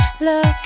Look